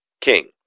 King